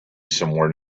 somewhere